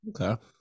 Okay